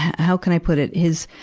how can i put it? his,